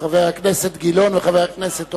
חבר הכנסת גילאון וחבר הכנסת אורון.